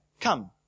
Come